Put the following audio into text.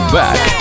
back